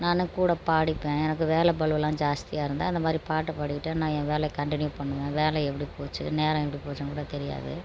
நான் கூட பாடிப்பேன் எனக்கு வேலை பளுலாம் ஜாஸ்தியாருந்தால் இந்தமாதிரி பாட்டு பாடிகிட்டே நான் என் வேலை கண்டினியூ பண்ணுவே வேலை எப்படி போச்சு நேரம் எப்படி போச்சுனு கூட தெரியாது